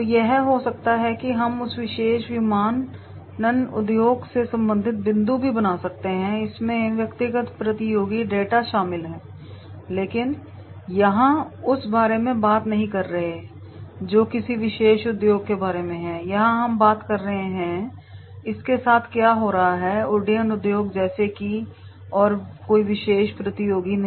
तो यह हो सकता है कि हम उस विशेष विमानन उद्योग से संबंधित बिंदु भी बना सकते हैं इसमें व्यक्तिगत प्रतियोगी डेटा शामिल नहीं है लेकिन यहां हम उस बारे में बात नहीं कर रहे हैं जो किसी विशेष उद्योग के बारे में है यहां हम बात कर रहे हैं कि इसके साथ क्या हो रहा है उड्डयन उद्योग जैसे कि और कोई विशेष प्रतियोगी नहीं